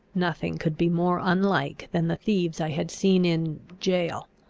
nothing could be more unlike than the thieves i had seen in jail,